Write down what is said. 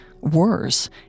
Worse